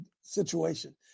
situation